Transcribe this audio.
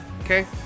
Okay